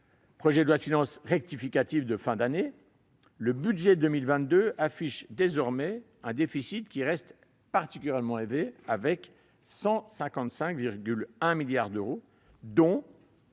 projet de loi de finances rectificative de fin d'année, le budget 2022 affiche désormais un déficit qui reste particulièrement élevé, à 155,1 milliards d'euros, dont